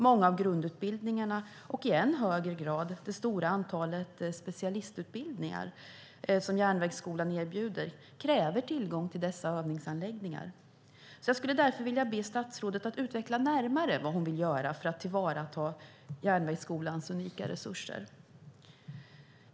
Många av grundutbildningarna och i än högre grad det stora antalet specialistutbildningar som Järnvägsskolan erbjuder kräver tillgång till dessa övningsanläggningar. Jag skulle vilja be statsrådet att utveckla närmare vad hon vill göra för att tillvarata Järnvägsskolans unika resurser.